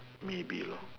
maybe loh